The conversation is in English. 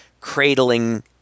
cradling